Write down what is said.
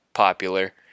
popular